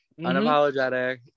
Unapologetic